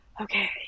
okay